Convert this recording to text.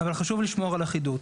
אבל חשוב לשמור על אחידות.